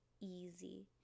easy